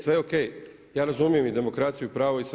Sve ok, ja razumijem i demokraciju i pravo i sve.